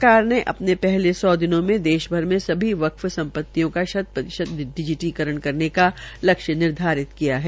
सरकार ने अपने पहले सौ दिनों में देश भर में सभी वक्फ सम्पतियों का शत प्रतिशत डिजीटीकरण करने का लक्ष्य निर्धारित किया है